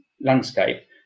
landscape